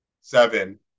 seven